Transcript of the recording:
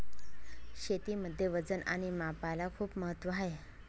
शेतीमध्ये वजन आणि मापाला खूप महत्त्व आहे